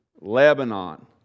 Lebanon